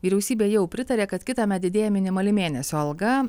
vyriausybė jau pritarė kad kitąmet didėja minimali mėnesio alga